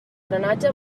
drenatge